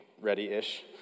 ready-ish